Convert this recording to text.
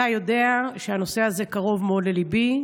אתה יודע שהנושא הזה קרוב מאוד לליבי,